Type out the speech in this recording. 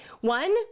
one